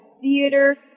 Theater